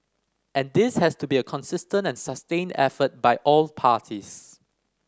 and this has to be a consistent and sustained effort by all parties